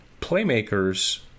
playmakers